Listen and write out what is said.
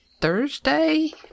Thursday